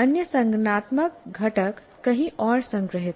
अन्य संज्ञानात्मक घटक कहीं और संग्रहीत हों